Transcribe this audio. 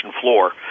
floor